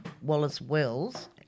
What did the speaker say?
Wallace-Wells